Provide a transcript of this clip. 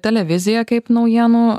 televizija kaip naujienų